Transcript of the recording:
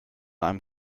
einem